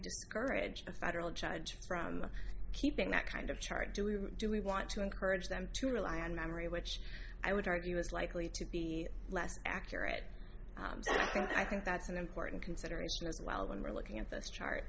discourage the federal judge from keeping that kind of charge do we do we want to encourage them to rely on memory which i would argue is likely to be less accurate and i think that's an important consideration as well when we're looking at th